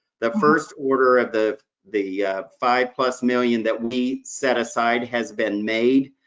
the first order of the the five-plus million that we set aside has been made,